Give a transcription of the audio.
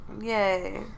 Yay